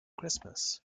christmas